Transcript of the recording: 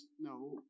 no